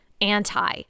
anti